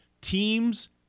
teams